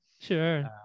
Sure